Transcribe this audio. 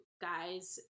guys